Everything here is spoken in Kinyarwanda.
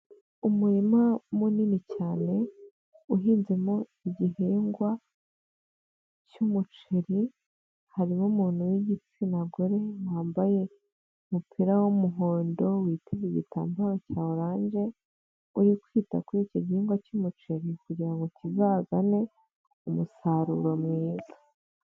Umurima munini cyane uhinzemo igihingwa cy'umuceri harimo umuntu wigitsina gore wambaye umupira w'umuhondo witeze igitambaro cya oranjee uri kwita kuri iki gihingwa cy'umuceri kugirango kizazane umusaruro mwiza.